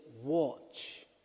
watch